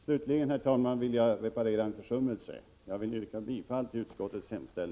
Slutligen, herr talman, vill jag gottgöra en försummelse — jag vill yrka bifall